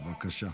בבקשה.